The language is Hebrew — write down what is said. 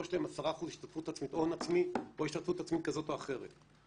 שלהן 10% הון עצמי או השתתפות עצמית כזאת או אחרת.